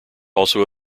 also